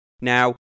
Now